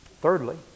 Thirdly